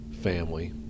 family